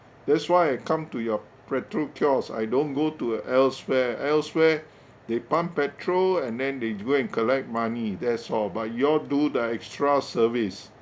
that's why I come to your petrol kiosk I don't go to elsewhere elsewhere they pump petrol and then they go and collect money that's all but you all do the extra service